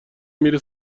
میره